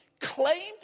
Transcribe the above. claimed